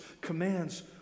commands